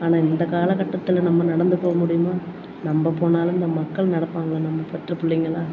ஆனால் இந்தக் காலகட்டத்தில் நம்ம நடந்து போக முடியுமா நம்ம போனாலும் இந்த மக்கள் நடப்பாங்கள நம்ம பெற்ற பிள்ளைங்கெல்லாம்